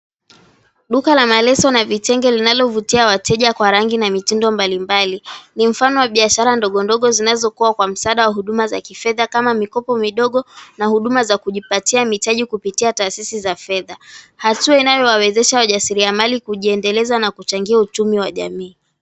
Duka la maleso na vitenge linalovutia wateja kwa rangi na mitindo mbalimbali, ni mfano wa biashara ndogo ndogo zinazokuwa kwa msaada wa huduma za kifedha kama mikopo midogo, na huduma za kujipatia mitaji kupitia taasisi za fedha. Hatua inayowawezesha wajasiriamali kujiendeleza na kuchangia uchumi wa jamii.